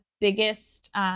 biggest